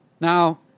Now